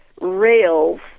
rails